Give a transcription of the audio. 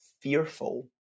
fearful